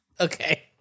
Okay